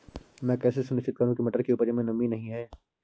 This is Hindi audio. मैं कैसे सुनिश्चित करूँ की मटर की उपज में नमी नहीं है?